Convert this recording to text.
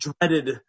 dreaded